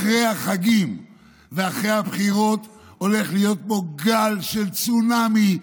אחרי החגים ואחרי הבחירות הולך להיות פה גל צונאמי,